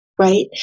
right